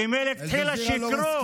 הם מלכתחילה שיקרו.